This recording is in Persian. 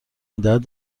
میدهد